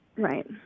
Right